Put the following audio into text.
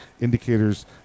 indicators